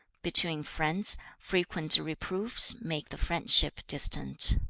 between friends, frequent reproofs make the friendship distant